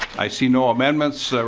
i see no amendments.